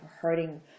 hurting